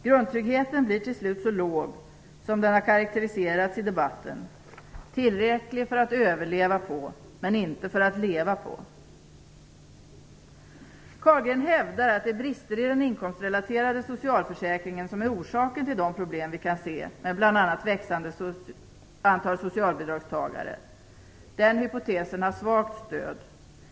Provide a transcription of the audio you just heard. Grundtryggheten blir till slut så låg som den har karakteriserats i debatten - tillräcklig för att överleva på men inte för att leva på. Carlgren hävdar att det är brister i den inkomstrelaterade socialförsäkringen som är orsaken till de problem vi kan se med bl.a. växande antal socialbidragstagare. Den hypotesen har svagt stöd.